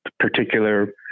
particular